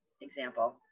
example